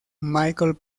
michael